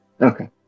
Okay